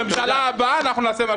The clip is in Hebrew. בממשלה הבאה אנחנו נעשה משהו אחר.